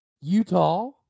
Utah